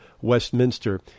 Westminster